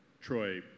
Troy